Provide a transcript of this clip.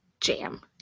Jam